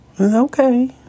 Okay